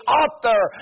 author